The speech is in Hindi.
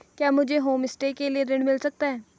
क्या मुझे होमस्टे के लिए ऋण मिल सकता है?